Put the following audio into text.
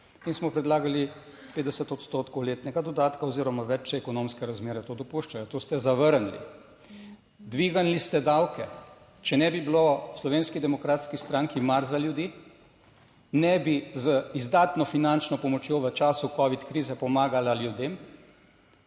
in smo predlagali 50 odstotkov letnega dodatka oziroma več, če ekonomske razmere to dopuščajo. To ste zavrnili. Dvignili ste davke. Če ne bi bilo v Slovenski demokratski stranki, mar za ljudi ne bi z izdatno finančno pomočjo v času covid krize pomagala ljudem,